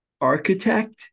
architect